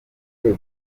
uyu